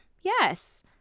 yes